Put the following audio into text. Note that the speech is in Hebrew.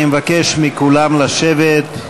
חברי הכנסת, אני מבקש מכולם לשבת.